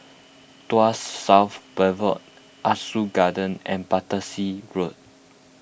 Tuas South Boulevard Ah Soo Garden and Battersea Road